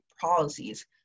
policies